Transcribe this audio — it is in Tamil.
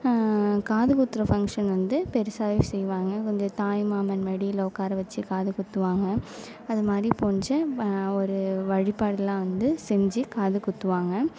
காது குத்துற ஃபங்ஷன் வந்து பெருசாகவும் செய்வாங்க வந்து தாய்மாமன் மடியில் உக்கார வச்சு காது குத்துவாங்க அதுமாதிரி கொஞ்சம் ஒரு வழிபாடுலாம் வந்து செஞ்சு காது குத்துவாங்க